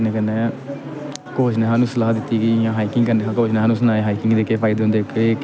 coach ने साह्नू सलाह् दित्ती कि इ'यां हाइकिंग करना ते कन्नै कोच ने सनाया कि हाइकिंग दे केह् फायदे होंदे फिर